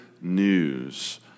news